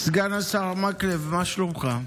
סגן השר מקלב, מה שלומך?